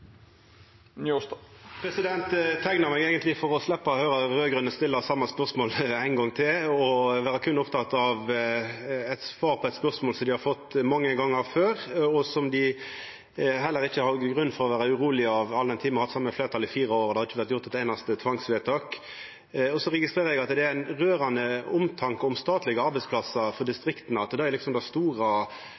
Eg teikna meg eigentleg for å sleppa å høyra dei raud-grøne stilla det same spørsmålet ein gong til, og at dei berre er opptekne av eit svar på eit spørsmål dei har fått mange gonger før, og som dei heller ikkje har nokon grunn for å vera urolege for, all den tid me har hatt det same fleirtalet i fire år og det ikkje har vore gjort eit einaste tvangsvedtak. Eg registrerer at det er ein rørande omtanke for statlege arbeidsplassar i distrikta. Det er liksom det store.